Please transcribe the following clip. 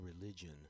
Religion